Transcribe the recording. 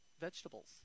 vegetables